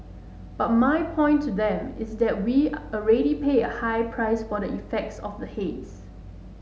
but my point to them is that we already pay a high price for the effects of the haze